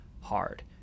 hard